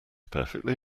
perfectly